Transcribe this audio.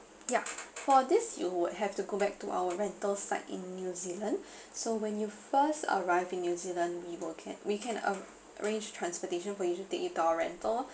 yeah for this you would have to go back to our rental site in new zealand so when you first arriving new zealand we will can we can arrange transportation for you to take you to our rental